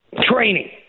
training